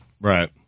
Right